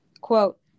Quote